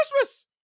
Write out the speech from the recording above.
Christmas